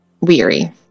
weary